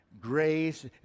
Grace